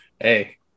hey